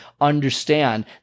understand